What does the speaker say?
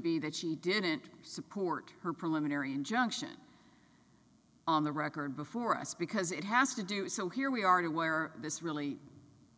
be that she didn't support her preliminary injunction on the record before us because it has to do so here we are to where this really